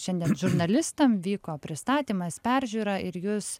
šiandien žurnalistam vyko pristatymas peržiūra ir jūs